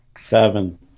Seven